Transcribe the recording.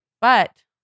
But-